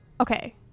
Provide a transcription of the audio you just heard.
Okay